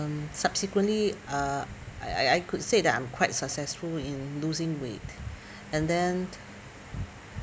um subsequently uh I I could say that I'm quite successful in losing weight and then